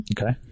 Okay